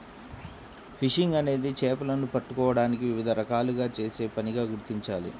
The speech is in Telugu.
ఫిషింగ్ అనేది చేపలను పట్టుకోవడానికి వివిధ రకాలుగా చేసే పనిగా గుర్తించాలి